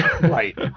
right